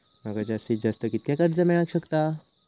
माका जास्तीत जास्त कितक्या कर्ज मेलाक शकता?